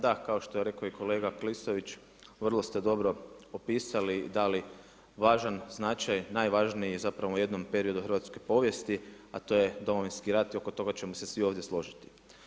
Da, kao što je rekao i kolega Klisović vrlo ste dobro opisali i dali važan značaj, najvažniji zapravo u jednom periodu hrvatske povijesti a to je domovinski rat i oko toga ćemo se svi ovdje složiti.